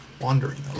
wandering